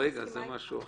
רגע, זה משהו אחר.